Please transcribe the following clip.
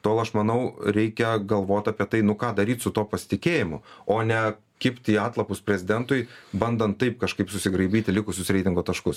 tol aš manau reikia galvoti apie tai nu ką daryt su tuo pasitikėjimu o ne kibti į atlapus prezidentui bandant taip kažkaip susigraibyti likusius reitingo taškus